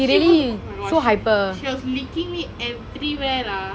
she was oh my gosh she was licking me everywhere lah